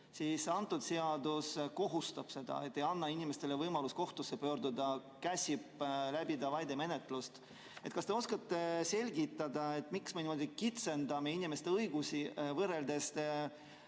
võimaluse, siis see seadus ei anna inimestele võimalust kohtusse pöörduda, käsib läbida vaidemenetluse. Kas te oskate selgitada, miks me kitsendame inimeste õigusi võrreldes